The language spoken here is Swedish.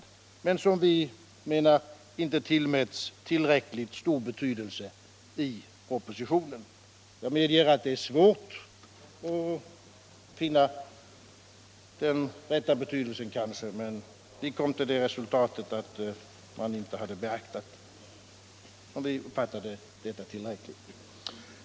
Vi menade att det inte hade tillmätts tillräckligt stor betydelse i propositionen. Jag medger att det är svårt att finna den rätta betydelsen, men vi kom till det resultatet att man inte hade beaktat detta tillräckligt. Vi uppfattade det så.